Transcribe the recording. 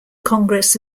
congress